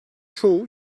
çoğu